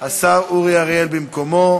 השר אורי אריאל במקומו.